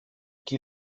qui